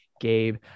Gabe